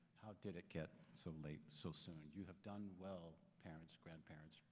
how did it get so late so soon? and you have done well, parents, grandparents,